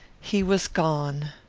he was gone.